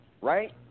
right